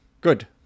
good